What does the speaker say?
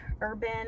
urban